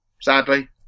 Sadly